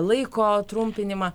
laiko trumpinimą